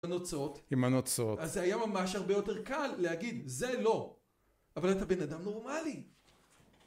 עם הנוצות אז זה היה ממש הרבה יותר קל להגיד זה לא, אבל אתה בן אדם נורמלי